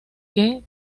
que